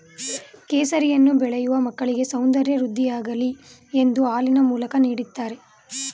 ಕೇಸರಿಯನ್ನು ಬೆಳೆಯೂ ಮಕ್ಕಳಿಗೆ ಸೌಂದರ್ಯ ವೃದ್ಧಿಯಾಗಲಿ ಎಂದು ಹಾಲಿನ ಮೂಲಕ ನೀಡ್ದತರೆ